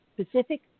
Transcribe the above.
specific